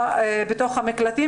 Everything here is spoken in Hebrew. במקלטים.